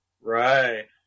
Right